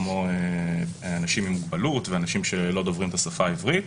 כמו אנשים עם מוגבלות ואנשים שלא דוברים את השפה העברית.